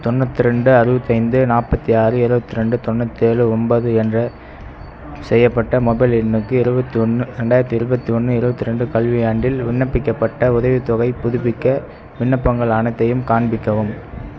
தொண்ணூத்ரெண்டு அறுபத்தைந்து நாற்பத்தி ஆறு எழுவத்ரெண்டு தொண்ணூத்தேழு ஒம்பது என்ற செய்யப்பட்ட மொபைல் எண்ணுக்கு இருபத்தொன்னு ரெண்டாயிரத்தி இருபத்தொன்னு இருபத்தி ரெண்டு கல்வியாண்டில் விண்ணப்பிக்கப்பட்ட உதவித்தொகைப் புதுப்பிக்க விண்ணப்பங்கள் அனைத்தையும் காண்பிக்கவும்